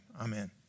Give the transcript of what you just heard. amen